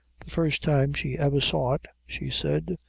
the first time she ever saw it, she said,